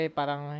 parang